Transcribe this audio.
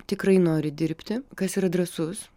tikrai nori dirbti kas yra drąsus